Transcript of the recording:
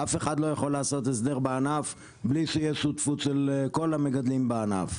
אף אחד לא יכול לעשות הסדר בענף בלי שיהיה שותפות של כל המגדלים בענף.